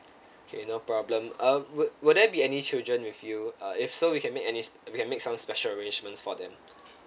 K no problem uh will will there be any children with you uh if so we can make any we can make some special arrangements for them